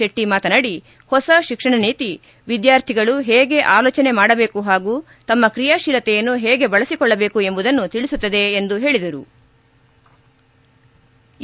ಶೆಟ್ಟಿ ಮಾತನಾಡಿ ಹೊಸ ಶಿಕ್ಷಣ ನೀತಿ ವಿದ್ಯಾರ್ಥಿಗಳು ಹೇಗೆ ಅಲೋಚನೆ ಮಾಡಬೇಕು ಹಾಗೂ ತಮ್ಮ ಕ್ರಿಯಾಶೀಲತೆಯನ್ನು ಹೇಗೆ ಬೆಳೆಸಿಕೊಳ್ಳಬೇಕು ಎಂಬುದನ್ನು ತಿಳಿಸುತ್ತದೆ ಎಂದು ಹೇಳದರು